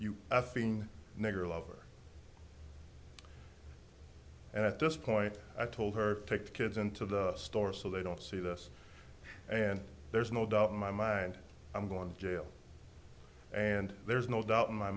f ing nigger lover and at this point i told her take the kids into the store so they don't see this and there's no doubt in my mind i'm going to jail and there's no doubt in my